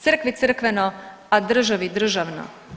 Crkvi crkveno, a državi državno.